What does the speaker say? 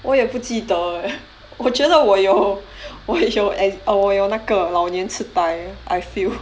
我也不记得 eh 我觉得我有我有 alz~ eh 我有那个老年痴呆 I feel